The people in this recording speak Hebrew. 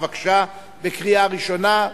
קריאה ראשונה.